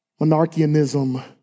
Monarchianism